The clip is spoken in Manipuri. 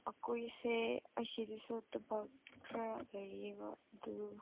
ꯑꯩꯈꯣꯏꯁꯦ ꯑꯁꯤꯗꯁꯨ ꯊꯕꯛ ꯈꯔ ꯂꯩꯌꯦꯕ ꯑꯗꯨ